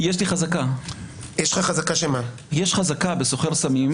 יש לי שם חזקה בסוחר סמים.